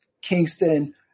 Kingston